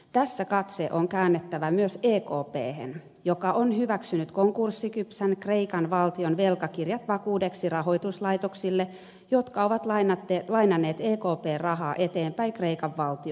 tässä katse on käännettävä myös ekphen joka on hyväksynyt konkurssikypsän kreikan valtion velkakirjat vakuudeksi rahoituslaitoksille jotka ovat lainanneet ekpn rahaa eteenpäin kreikan valtiolle